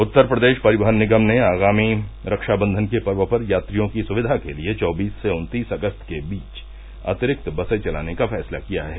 उत्तर प्रदेश परिवहन निगम ने आगामी रक्षा बंधन के पर्व पर यात्रियों की सुविघा के लिए चौबीस से उन्तीस अगस्त के बीच अतिरिक्त बसे चलाने का फैसला किया है